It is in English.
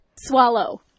swallow